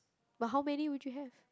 but how many would you have